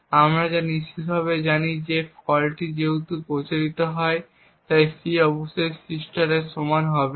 আমরা যা নিশ্চিতভাবে জানি যে ফল্টটি যেহেতু প্ররোচিত হয় সি অবশ্যই C এর সমান হবে না